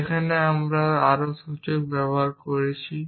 যেখানে আমরা আরও সূচক ব্যবহার করছি